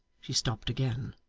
she stopped again.